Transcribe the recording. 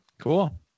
Cool